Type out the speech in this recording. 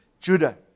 Judah